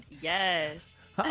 yes